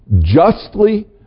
Justly